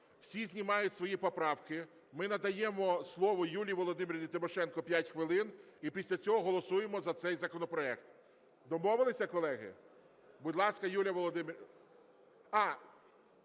всі знімають свої поправки, ми надаємо слово Юлії Володимирівні Тимошенко 5 хвилин, і після цього голосуємо за цей законопроект. Домовилися, колеги? Будь ласка, Юлія Володимирівна…